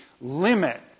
limit